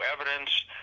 evidence